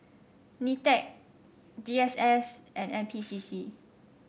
Nitec G S S and N P C C